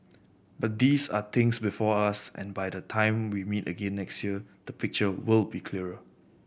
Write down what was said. but these are things before us and by the time we meet again next year the picture will be clearer